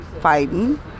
fighting